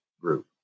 group